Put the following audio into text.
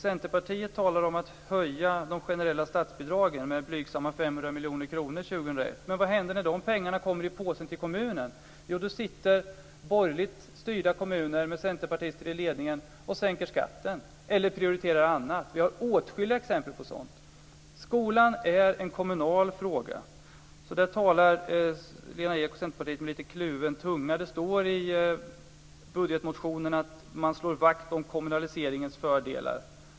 Centerpartiet talar om att höja de generella statsbidragen med blygsamma 500 miljoner kronor år 2001. Men vad händer när de pengarna kommer i påsen till kommunen? Jo, då sänker borgerligt styrda kommuner med centerpartister i ledningen skatten eller också prioriterar man annat. Det finns åtskilliga exempel på sådant. Skolan är en kommunal fråga, så där talar Lena Ek och Centerpartiet lite grann med kluven tunga. Det står i budgetmotionen att man slår vakt om kommunaliseringens fördelar.